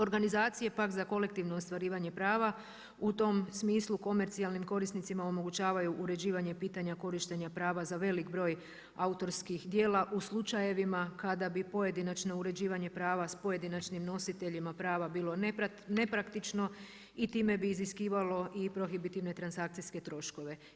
Organizacije pak za kolektivno ostvarivanje prava u tom smislu komercijalnim korisnicima omogućavaju uređivanje pitanja korištenja prava za velik broj autorskih djela u slučajevima kada bi pojedinačno uređivanje prava sa pojedinačnim nositeljima prava bilo nepraktično i time bi iziskivalo i prohibitivne transakcijske troškove.